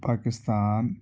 Pakistan